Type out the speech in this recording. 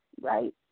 right